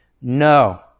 No